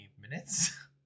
minutes